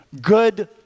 Good